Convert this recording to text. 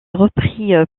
repris